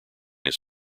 his